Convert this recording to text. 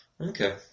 Okay